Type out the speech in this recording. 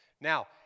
Now